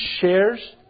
shares